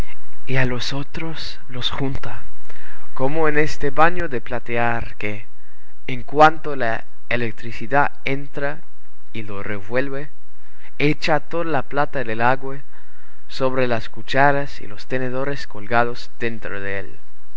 a los otros los junta como en este baño de platear que en cuanto la electricidad entra y lo revuelve echa toda la plata del agua sobre las cucharas y los tenedores colgados dentro de él